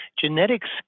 genetics